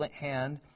hand